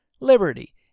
liberty